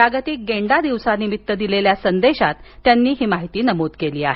जागतिक गेंडादिवसानिमित्त दिलेल्या संदेशात त्यांनी ही माहिती दिली आहे